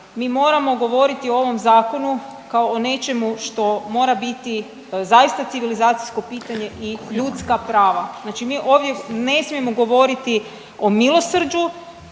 mi moramo govoriti o ovom Zakonu kao o nečemu što mora biti zaista civilizacijsko pitanje i ljudska prava. Znači mi ovdje ne smijemo govoriti o milosrđu,